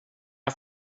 här